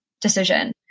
decision